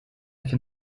can